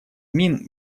мин